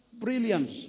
brilliance